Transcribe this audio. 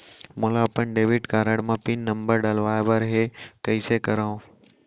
मोला अपन debit card म पिन नंबर डलवाय बर हे कइसे करव?